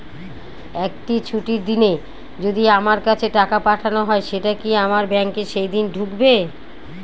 একটি ছুটির দিনে যদি আমার কাছে টাকা পাঠানো হয় সেটা কি আমার ব্যাংকে সেইদিন ঢুকবে?